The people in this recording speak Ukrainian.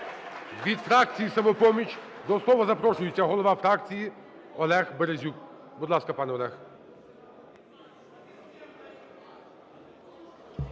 Від фракції "Самопоміч" до слова запрошується голова фракції Олег Березюк. Будь ласка, пане Олег.